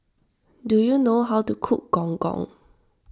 do you know how to cook Gong Gong